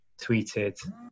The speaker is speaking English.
tweeted